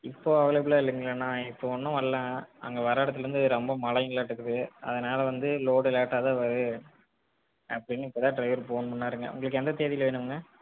இப்போது அவைலபிளாக இல்லைங்களேண்ணா இப்போது ஒன்றும் வரல அங்கே வர இடத்துலந்து ரொம்ப மலைங்களாட்டக்குது அதனால் வந்து லோடு லேட்டாக தான் வரும் அப்படின்னு இப்போ தான் ட்ரைவர் ஃபோன் பண்ணாருங்க உங்களுக்கு எந்த தேதியில் வேணுங்கண்ணா